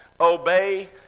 obey